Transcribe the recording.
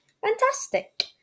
Fantastic